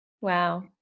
Wow